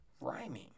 rhyming